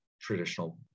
traditional